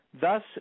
Thus